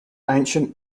ancient